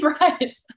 right